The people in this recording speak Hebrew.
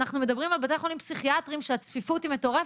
אנחנו מדברים על בתי חולים פסיכיאטריים שהצפיפות היא מטורפת.